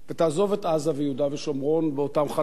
באותם חלקים שאנחנו לא נמצאים בהם,